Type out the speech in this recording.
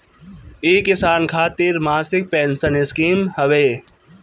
इ किसान खातिर मासिक पेंसन स्कीम हवे